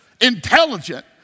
Intelligent